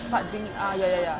patbing~ ah ya ya ya